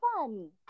fun